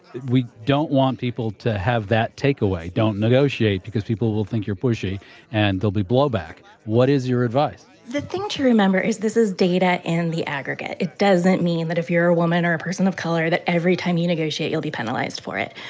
we don't want people to have that takeaway, don't negotiate because people will think you're pushy and there'll be blowback what is your advice? the thing to remember is this is data in the aggregate. it doesn't mean that if you're a woman or a person of color that every time you negotiate you'll be penalized for it.